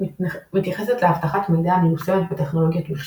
מתייחסת לאבטחת מידע המיושמת בטכנולוגיות מחשוב.